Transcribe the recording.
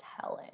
telling